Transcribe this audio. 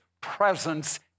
presence